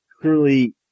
Clearly